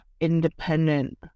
independent